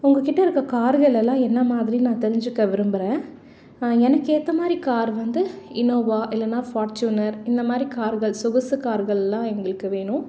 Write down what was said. உங்கள்கிட்ட இருக்க கார்கள் எல்லாம் என்ன மாதிரின்னு நான் தெரிஞ்சிக்க விரும்புகிறேன் எனக்கு ஏற்ற மாதிரி கார் வந்து இனோவா இல்லைனா ஃபார்ச்சுனர் இந்த மாதிரி கார்கள் சொகுசு கார்கள் எல்லாம் எங்களுக்கு வேணும்